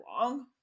long